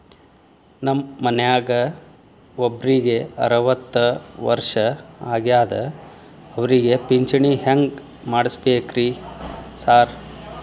ನಮ್ ಮನ್ಯಾಗ ಒಬ್ರಿಗೆ ಅರವತ್ತ ವರ್ಷ ಆಗ್ಯಾದ ಅವ್ರಿಗೆ ಪಿಂಚಿಣಿ ಹೆಂಗ್ ಮಾಡ್ಸಬೇಕ್ರಿ ಸಾರ್?